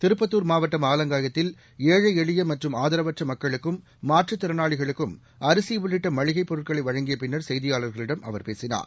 திருப்பத்துர் மாவட்டம் ஆலங்காயத்தில் ஏழை எளிய மற்றும் ஆதரவற்ற மக்களுக்கும் மாற்றுத் திறனாளிகளுக்கும் அரிசி உள்ளிட்ட மளிகைப் பொருட்களை வழங்கிய பின்னர் செய்தியாளர்களிடம் அவர் பேசினார்